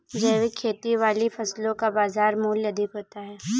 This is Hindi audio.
जैविक खेती वाली फसलों का बाजार मूल्य अधिक होता है